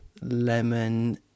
lemon